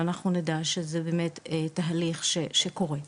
ואנחנו נדע שזה באמת תהליך שקורה,